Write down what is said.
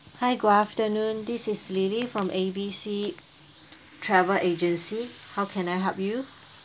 hi good afternoon this is lily from A B C travel agency how can I help you